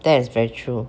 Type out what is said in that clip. that is very true